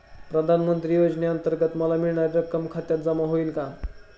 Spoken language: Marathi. प्रधानमंत्री योजनेअंतर्गत मला मिळणारी रक्कम खात्यात जमा होईल का?